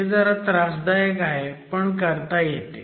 हे जरा त्रासदायक आहे पण करता येते